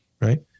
right